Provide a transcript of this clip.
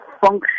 function